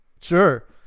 Sure